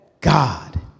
God